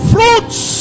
Fruits